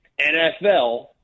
NFL